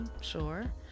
sure